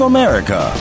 America